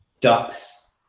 ducks